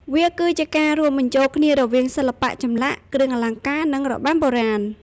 វាគឺជាការរួមបញ្ចូលគ្នារវាងសិល្បៈចម្លាក់ គ្រឿងអលង្ការ និងរបាំបុរាណ។